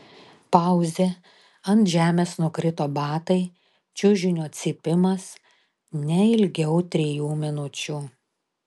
pauzė ant žemės nukrito batai čiužinio cypimas ne ilgiau trijų minučių